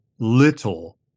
little